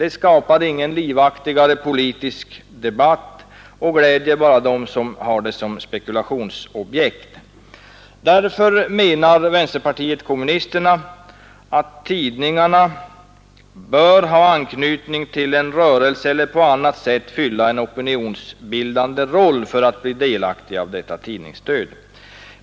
Det skapar ingen livaktigare politisk debatt och gläder bara dem som har tidningar som spekulationsobjekt. Därför menar vpk att tidningarna bör ha anknytning till en rörelse eller på annat sätt fylla en opinionsbildande roll för att bli delaktiga av detta tidningsstöd.